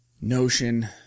notion